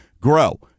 grow